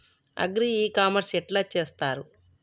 Agri e commerce ఎట్ల చేస్తరు?